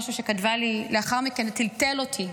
אני רק אספר על משהו שכתבה לי לאחר מכן וטלטל אותי.